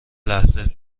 لحظه